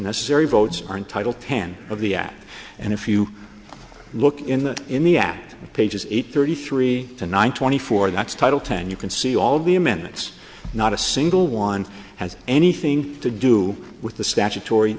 necessary votes are in title ten of the app and if you look in the in the act pages eight thirty three to nine twenty four that's title ten you can see all the amendments not a single one has anything to do with the statutory